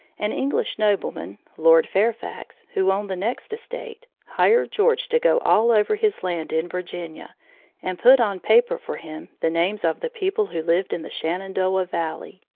an english nobleman, lord fairfax, who owned the next estate, hired george to go all over his land in virginia and put on paper for him the names of the people who lived in the shenandoah valley,